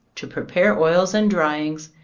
to pre pare oils and dryings,